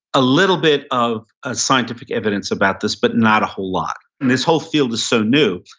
a little bit of ah scientific evidence about this, but not a whole lot. and this whole field is so new,